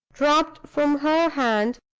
dropped from her hand,